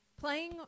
Playing